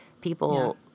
people